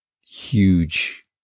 huge